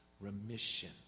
remission